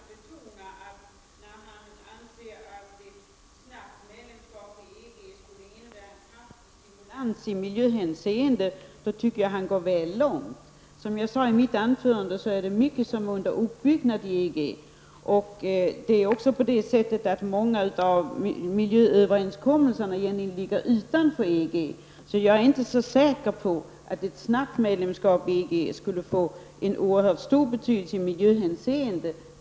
Herr talman! Jag kan vara överens med herr Virgin om mycket av det han sade, men jag vill gärna betona att när han anser att ett snabbt medlemskap i EG skulle innebära en kraftig stimulans i miljöhänseende, tycker jag att han går väl långt. Som jag sade i mitt huvudanförande, är det mycket som är under uppbyggnad i EG. Många av miljööverenskommelserna ligger dessutom utanför EG, så jag är inte så säker på att ett snabbt medlemskap i EG skulle få så oerhört stor betydelse i miljöhänseende.